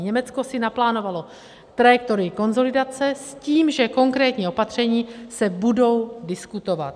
Německo si naplánovalo trajektorii konsolidace s tím, že konkrétní opatření se budou diskutovat.